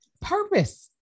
Purpose